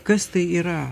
kas tai yra